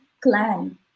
clan